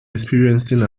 experiencing